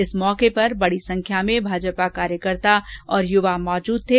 इस मौके पर बडी संख्या में भाजपा कार्यकर्ता और युवा मौजूद थे